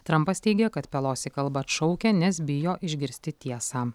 trampas teigia kad pelosi kalbą atšaukia nes bijo išgirsti tiesą